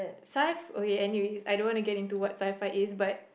sci~ okay anyways I don't want to get into what sci fi is but